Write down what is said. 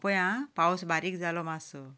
पळय आं पावस बारीक जालो मातसो